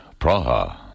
Praha